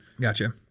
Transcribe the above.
Gotcha